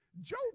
Joe